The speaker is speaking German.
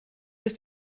ist